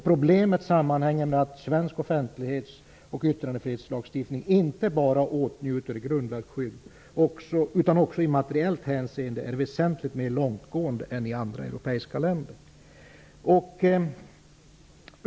Problemet sammanhänger med att svensk offentlighets och yttrandefrihetslagstiftning inte bara åtnjuter grundlagsskydd utan också i materiellt hänseende är väsentligt mer långtgående än i andra europeiska länder.''